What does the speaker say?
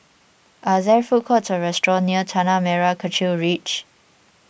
are there food courts or restaurants near Tanah Merah Kechil Ridge